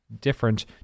different